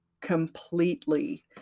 completely